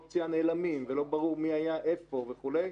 פציעה נעלמים ולא ברור מי היה איפה וכולי.